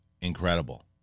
incredible